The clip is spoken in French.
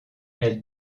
elle